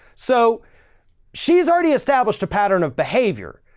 so she's already established a pattern of behavior.